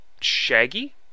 Shaggy